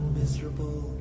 miserable